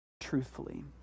truthfully